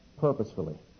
purposefully